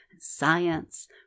science